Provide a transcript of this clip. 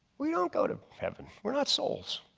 we don't go to heaven, we're not souls.